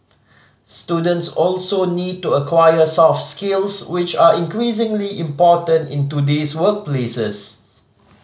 students also need to acquire soft skills which are increasingly important in today's workplaces